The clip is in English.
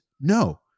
No